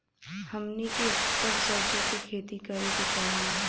हमनी के कब सरसो क खेती करे के चाही?